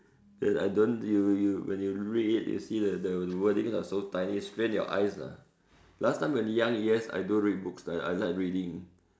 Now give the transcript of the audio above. then I don't you you when you read it you see the the wordings are so tiny strain your eyes lah last time when young yes I do read books ah I like reading